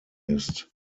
ist